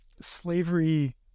slavery